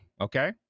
Okay